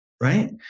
Right